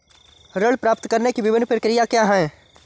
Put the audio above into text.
ऋण प्राप्त करने की विभिन्न प्रक्रिया क्या हैं?